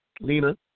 Lena